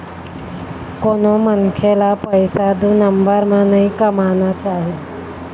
कोनो मनखे ल पइसा दू नंबर म नइ कमाना चाही